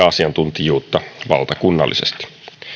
asiantuntijuutta valtakunnallisesti